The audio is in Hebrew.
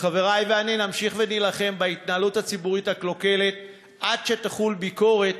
חברי ואני נמשיך ונילחם בהתנהלות הציבורית הקלוקלת עד שתחול ביקורת